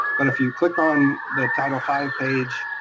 but if you click on the title five page,